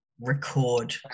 record